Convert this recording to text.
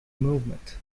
movement